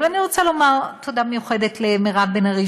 אבל אני רוצה לומר תודה מיוחדת למירב בן ארי,